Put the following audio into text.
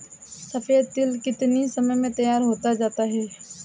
सफेद तिल कितनी समय में तैयार होता जाता है?